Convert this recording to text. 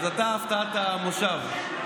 אתה הפתעת המושב,